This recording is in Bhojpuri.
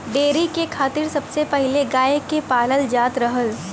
डेयरी के खातिर सबसे पहिले गाय के पालल जात रहल